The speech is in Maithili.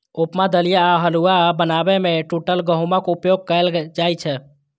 उपमा, दलिया आ हलुआ बनाबै मे टूटल गहूमक उपयोग कैल जाइ छै